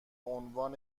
عنوان